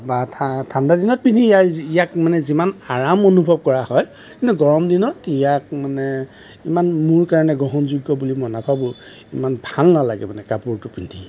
বা ঠা ঠাণ্ডা দিনত পিন্ধি ইয়াৰ যি ইয়াক মানে যিমান আৰাম অনুভৱ কৰা হয় কিন্তু গৰম দিনত ইয়াক মানে ইমান মোৰ কাৰণে গ্ৰহণযোগ্য বুলি মই নাভাৱোঁ ইমান ভাল নালাগে মানে কাপোৰটো পিন্ধি